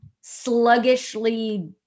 sluggishly